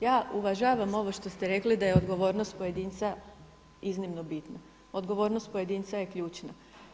Ja uvažavam ovo što ste rekli da je odgovornost pojedinca iznimno bitna, odgovornost pojedinca je ključna.